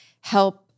help